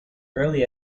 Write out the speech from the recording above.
early